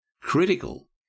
critical